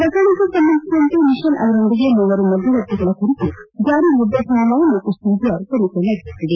ಪ್ರಕರಣಕ್ಕೆ ಸಂಬಂಧಿಸಿದಂತೆ ಮಿಶಲ್ ಅವರೊಂದಿಗೆ ಮೂವರು ಮಧ್ಯವರ್ತಿಗಳ ಕುರಿತು ಜಾರಿ ನಿರ್ದೇಶನಾಲಯ ಮತ್ತು ಸಿಬಿಐ ತನಿಖೆ ನಡೆಸುತ್ತಿದೆ